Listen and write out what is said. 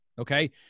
okay